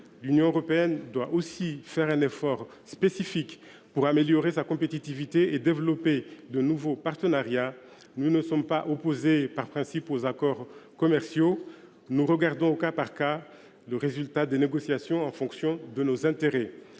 L’Union européenne doit aussi faire un effort spécifique pour améliorer sa compétitivité et développer de nouveaux partenariats. Nous ne sommes pas opposés par principe aux accords commerciaux ; nous regardons au cas par cas le résultat des négociations, en fonction de nos intérêts.